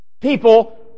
People